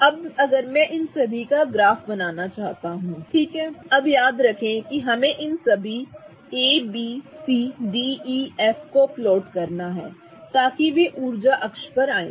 अब अगर मैं इन सभी का ग्राफ बनाना चाहता हूं ठीक है अब याद रखें कि हमें इन सभी A B C D E F G को प्लॉट करना है ताकि वे ऊर्जा अक्ष पर गिरें